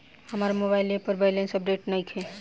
हमार mobile app पर balance update नइखे